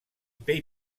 pay